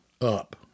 up